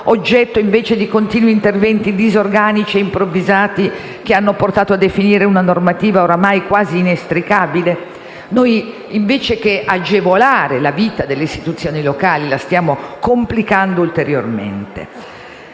oggetto invece di continui interventi disorganici e improvvisati che hanno portato a definire una normativa ormai quasi inestricabile. Noi, invece di agevolare la vita delle istituzioni locali, la stiamo complicando ulteriormente.